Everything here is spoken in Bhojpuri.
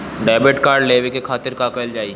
डेबिट कार्ड लेवे के खातिर का कइल जाइ?